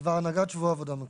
בדבר הנהגת שבוע עבודה מקוצר.